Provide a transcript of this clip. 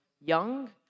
young